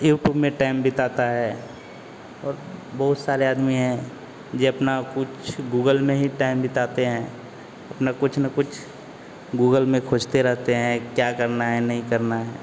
YouTube में time बिताता है और बहुत सारे आदमी हैं जो अपना कुछ गूगल में ही टाइम बिताते हैं अपना कुछ ना कुछ गूगल में खोजते रहते हैं क्या करना है नहीं करना है